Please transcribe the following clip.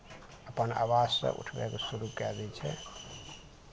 अपन आवाजसँ उठबयके शुरू कए दै छै